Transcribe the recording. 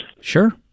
Sure